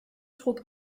trug